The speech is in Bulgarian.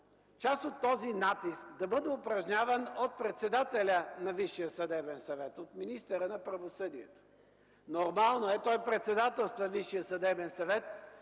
част от този натиск да бъде упражняван от председателя на Висшия съдебен съвет, от министъра на правосъдието. Нормално е, той председателства и представлява Висшия съдебен съвет,